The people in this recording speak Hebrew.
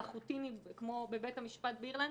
על החוטיני כמו בבית המשפט באירלנד